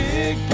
Big